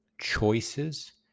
choices